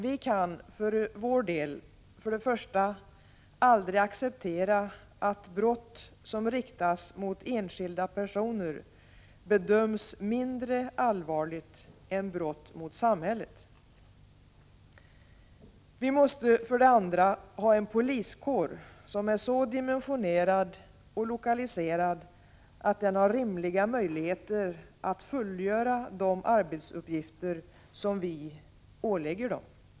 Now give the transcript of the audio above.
Vi kan för vår del för det första aldrig acceptera att brott som riktas mot enskilda personer bedöms mindre allvarligt än brott mot samhället. Vi måste, för det andra, ha en poliskår som är så dimensionerad och lokaliserad att den har rimliga möjligheter att fullgöra de arbetsuppgifter som vi ålägger den.